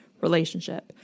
relationship